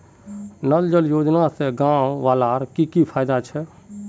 नल जल योजना से गाँव वालार की की फायदा छे?